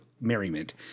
merriment